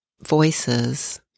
voices